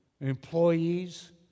employees